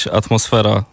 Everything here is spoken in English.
atmosfera